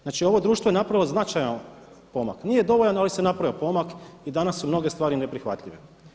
Znači ovo društvo je napravilo značajan pomak, nije dovoljan ali se napravio pomak i danas su mnoge stvari neprihvatljive.